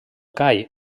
call